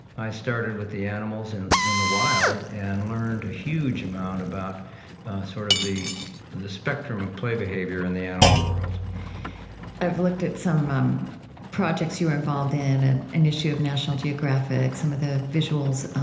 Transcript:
i started with the animals in in the wild and learned a huge amount about sort of the the spectrum of play behavior in the animal world i've looked at some projects you were involved in an issue of national geographic, some of the visuals,